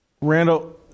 Randall